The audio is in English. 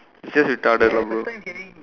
serious you tell them ah bro